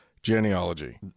genealogy